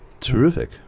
Terrific